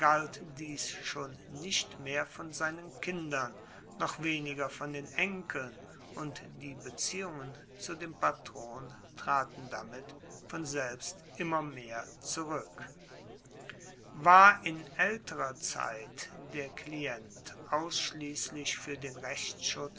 galt dies schon nicht mehr von seinen kindern noch weniger von den enkeln und die beziehungen zu dem patron traten damit von selbst immer mehr zurueck war in aelterer zeit der klient ausschliesslich fuer den rechtsschutz